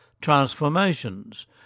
transformations